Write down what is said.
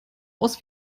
aus